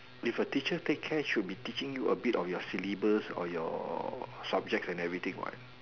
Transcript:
if a teacher take care should be teaching you a bit of your syllabus or your subjects and everything what